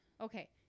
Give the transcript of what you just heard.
Okay